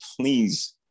please